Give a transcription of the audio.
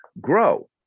grow